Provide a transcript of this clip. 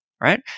right